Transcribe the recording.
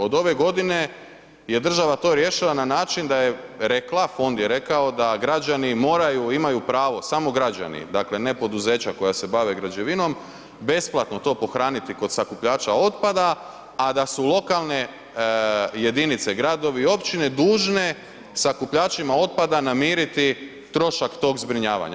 Od ove godine je država to riješila na način da je rekla, fond je rekao da građani moraju, imaju pravo, samo građani, dakle ne poduzeća koja se bave građevinom besplatno to pohraniti kod sakupljača otpada, a da su lokalne jedinice gradovi i općine dužne sakupljačima otpada namiriti trošak tog zbrinjavanja.